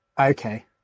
Okay